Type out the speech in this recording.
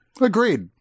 Agreed